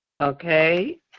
Okay